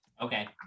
Okay